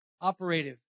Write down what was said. Operative